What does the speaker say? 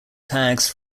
tags